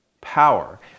power